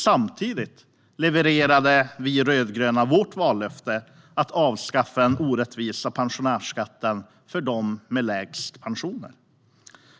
Samtidigt levererade vi rödgröna vårt vallöfte att avskaffa den orättvisa pensionärsskatten för dem med lägst pensioner.